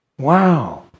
Wow